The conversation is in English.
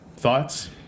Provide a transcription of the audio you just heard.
Thoughts